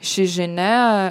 ši žinia